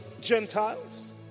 Gentiles